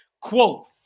quote